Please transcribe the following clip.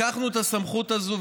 לקחנו את הסמכות הזאת,